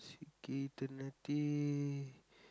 C_K eternity